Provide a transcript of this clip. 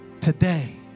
today